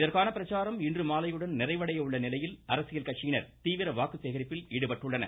இதற்கான பிரச்சாரம் இன்றுமாலையுடன் நிறைவடைய உள்ள நிலையில் அரசியல் கட்சியினர் தீவிர வாக்கு சேகரிப்பில் ஈடுபட்டுள்ளனர்